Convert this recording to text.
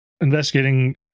investigating